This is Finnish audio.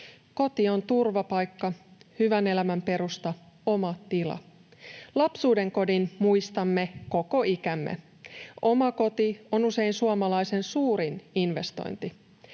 Koti on turvapaikka, hyvän elämän perusta, oma tila. Lapsuudenkodin muistamme koko ikämme. Oma koti on usein suomalaisen suurin investointi.